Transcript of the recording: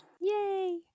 Yay